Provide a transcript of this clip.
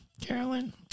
Carolyn